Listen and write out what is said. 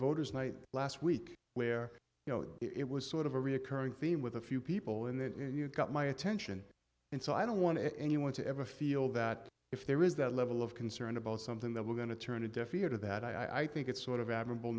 voters night last week where you know it was sort of a reoccurring theme with a few people and you got my attention and so i don't want anyone to ever feel that if there is that level of concern about something that we're going to turn a deaf ear to that i think it's sort of admirable